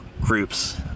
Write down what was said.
groups